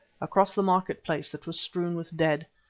across the market-place that was strewn with dead,